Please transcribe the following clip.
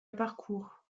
parcourt